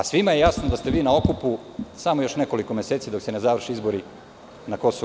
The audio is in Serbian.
Svima je jasno da ste vi na okupu samo još nekoliko meseci, dok se ne završe izbori na KiM.